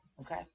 okay